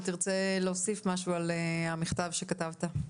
תרצה להוסיף משהו על המכתב שכתבת?